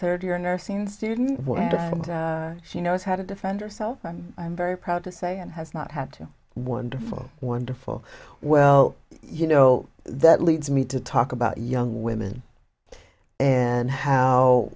thirty year nursing student she knows how to defend herself i'm very proud to say and has not had two wonderful wonderful well you know that leads me to talk about young women and how